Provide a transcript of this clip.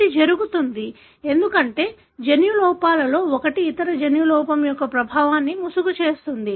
ఇది జరుగుతుంది ఎందుకంటే జన్యు లోపాలలో ఒకటి ఇతర జన్యు లోపం యొక్క ప్రభావాన్ని ముసుగు చేస్తుంది